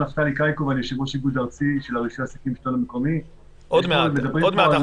עוד מעט.